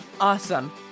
Awesome